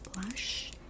blush